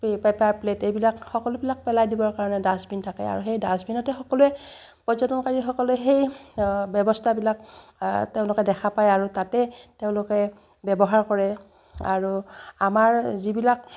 paper plate এইবিলাক সকলোবিলাক পেলাই দিবৰ কাৰণে ডাষ্টবিন থাকে আৰু সেই ডাষ্টবিনতে সকলোৱে পৰ্যটনকাৰীসকলোৱে সেই ব্যৱস্থাবিলাক তেওঁলোকে দেখা পায় আৰু তাতেই তেওঁলোকে ব্যৱহাৰ কৰে আৰু আমাৰ যিবিলাক